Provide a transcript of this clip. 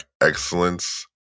excellence